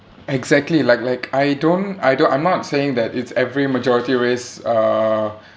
exactly like like I don't I don't I'm not saying that it's every majority race err